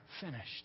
finished